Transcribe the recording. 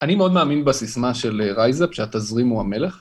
אני מאוד מאמין בסיסמה של רייזאפ, שהתזרים הוא המלך.